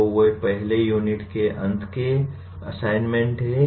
तो वे पहली यूनिट के अंत के असाइनमेंट हैं